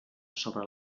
sobre